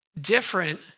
Different